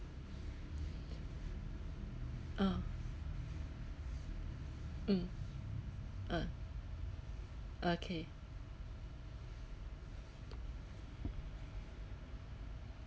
ah mm ah okay